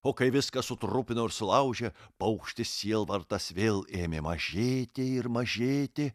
o kai viską sutrupino ir sulaužė paukštis sielvartas vėl ėmė mažėti ir mažėti